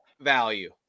value